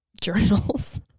journals